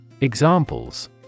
Examples